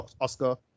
Oscar